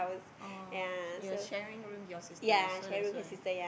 oh you're sharing rooms with your sister so that's why